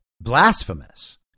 blasphemous